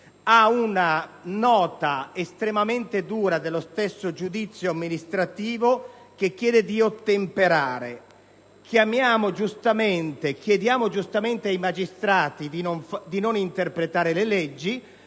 ad una nota estremamente dura dello stesso giudizio amministrativo che chiede di ottemperare. Chiediamo giustamente ai magistrati di non interpretare le leggi